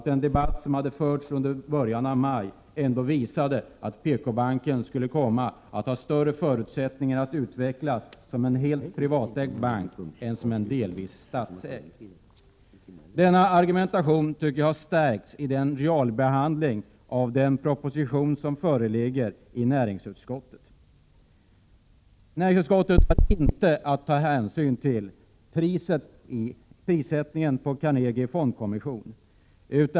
Den debatt som hade förts under början av maj visade ju ändå att PKbanken skulle komma att ha större förutsättningar att utvecklas som en helt privatägd bank än som en delvis statsägd. Denna argumentation har enligt min mening stärkts genom näringsutskottets behandling av den föreliggande propositionen. Utskottet har inte att ta ställning till prissättningen på Carnegie Fondkommission.